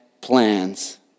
plans